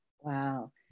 Wow